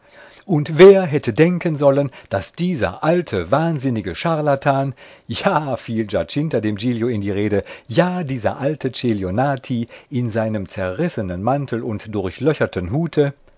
und wer hätte denken sollen daß dieser alte wahnsinnige charlatan ja fiel giacinta dem giglio in die rede ja dieser alte celionati in seinem zerrissenen mantel und durchlöcherten hute